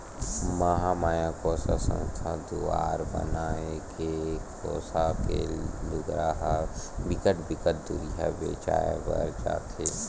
महमाया कोसा संस्था दुवारा बनाए गे कोसा के लुगरा ह बिकट बिकट दुरिहा बेचाय बर जाथे